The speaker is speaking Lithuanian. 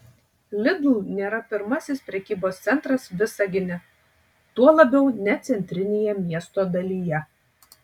lidl nėra pirmasis prekybos centras visagine tuo labiau ne centrinėje miesto dalyje